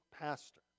pastor